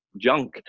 junk